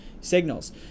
signals